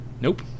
Nope